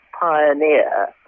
pioneer